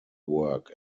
work